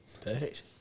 Perfect